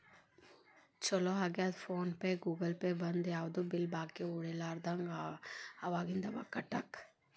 ಚೊಲೋ ಆಗ್ಯದ PhonePe Google Pay ಬಂದು ಯಾವ್ದು ಬಿಲ್ ಬಾಕಿ ಉಳಿಲಾರದಂಗ ಅವಾಗಿಂದ ಅವಾಗ ಕಟ್ಟಾಕ